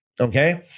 okay